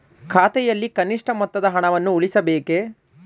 ಖಾತೆಯಲ್ಲಿ ಕನಿಷ್ಠ ಮೊತ್ತದ ಹಣವನ್ನು ಉಳಿಸಬೇಕೇ?